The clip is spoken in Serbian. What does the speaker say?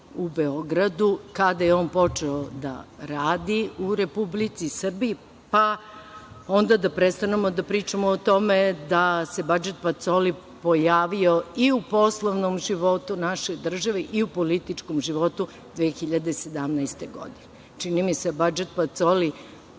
u Beogradu, kada je on počeo da radi u Republici Srbiji, pa onda da prestanemo da pričamo o tome da se Badžet Pacoli pojavio i u poslovnom životu naše države i u političkom životu 2017. godine. Čini mi se Badžet Pacoli,